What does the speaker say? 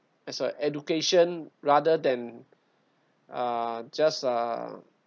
as a education rather than uh just uh